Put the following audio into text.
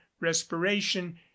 respiration